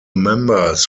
members